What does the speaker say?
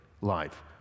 life